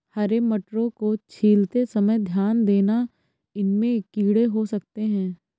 हरे मटरों को छीलते समय ध्यान देना, इनमें कीड़े हो सकते हैं